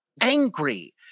angry